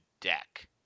deck